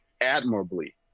admirably